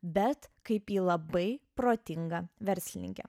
bet kaip į labai protingą verslininkę